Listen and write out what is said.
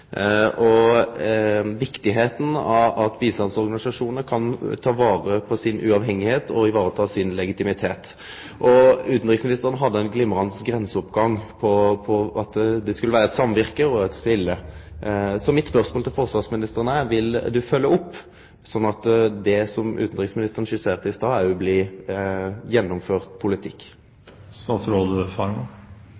og sivil bistand og viktigheita av at bistandsorganisasjonar kan ta vare på sitt sjølvstende og sin legitimitet. Utanriksministeren hadde ein glimrande grenseoppgang om at det skulle vere eit samvirke og eit skilje. Spørsmålet mitt til forsvarsministeren er: Vil ho følgje opp, slik at det som utanriksministeren skisserte i stad, òg blir gjennomført politikk?